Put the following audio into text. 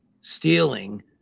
stealing